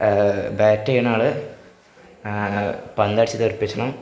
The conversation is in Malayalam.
ബാറ്റ് ചെയ്യുന്നയാള് പന്തടിച്ച് തെറിപ്പിച്ചണം